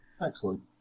Excellent